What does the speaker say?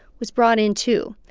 was brought in, too.